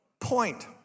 Point